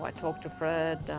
i talked to fred.